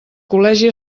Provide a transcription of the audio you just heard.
col·legi